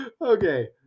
okay